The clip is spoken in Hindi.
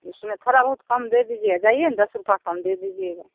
उसमें थोड़ा बहुत कम दे दीजिए जाइए न दस रुपया कम दे दीजिएगा